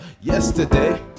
Yesterday